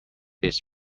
its